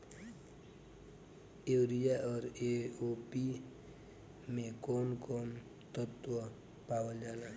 Urea औरी A O P मै कौवन कौवन तत्व पावल जाला?